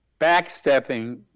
backstepping